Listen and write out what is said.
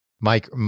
Mike